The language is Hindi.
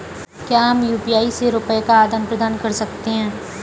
क्या हम यू.पी.आई से रुपये का आदान प्रदान कर सकते हैं?